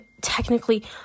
technically